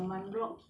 mm